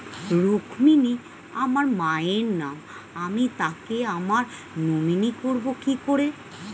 রুক্মিনী আমার মায়ের নাম আমি তাকে আমার নমিনি করবো কি করে?